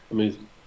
Amazing